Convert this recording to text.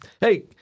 hey